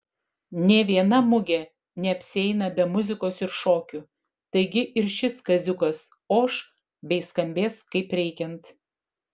nė viena mugė neapsieina be muzikos ir šokių taigi ir šis kaziukas oš bei skambės kaip reikiant